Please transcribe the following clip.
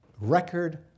record